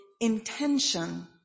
intention